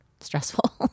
stressful